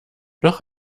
noch